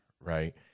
right